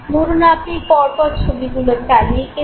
ধরুন আপনি পরপর ছবিগুলো চালিয়ে গেলেন